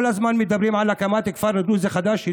כל הזמן מדברים על הקמת כפר דרוזי חדש.